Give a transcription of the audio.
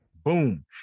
boom